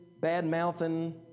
bad-mouthing